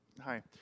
Hi